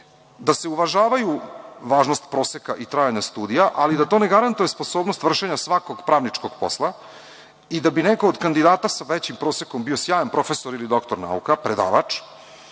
da se uvažavaju važnost proseka i trajanja studija, ali da to ne garantuje sposobnost vršenja svakog pravničkog posla i da bi neko od kandidata sa većim prosekom bio sjajan profesor ili doktor nauka, predavač,